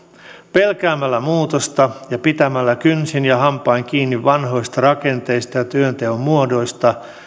pelkäämällä muutosta ja pitämällä kynsin ja hampain kiinni vanhoista rakenteista ja työnteon muodoista